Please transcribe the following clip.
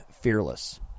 fearless